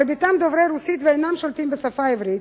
מרביתם דוברי רוסית ואינם שולטים בשפה העברית.